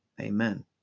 Amen